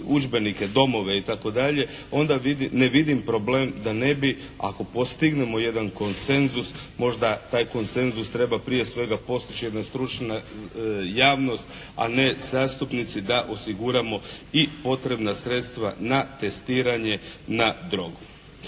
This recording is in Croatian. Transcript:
udžbenike, domove itd. onda ne vidim problem da ne bi, ako postignemo jedan konsenzus možda taj konsenzus treba prije svega postići jedna stručna javnost a ne zastupnici da osiguramo i potrebna sredstva na testiranje na drogu.